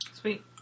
Sweet